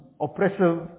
oppressive